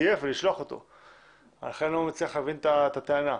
את הכוונה.